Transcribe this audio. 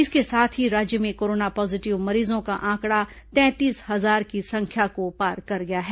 इसके साथ ही राज्य में कोरोना पॉजीटिव मरीजों का आंकड़ा तैंतीस हजार की संख्या को पार कर गया है